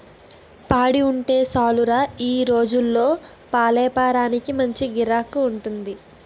పాడి ఉంటే సాలురా ఈ రోజుల్లో పాలేపారానికి మంచి గిరాకీ ఉంది